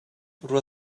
rua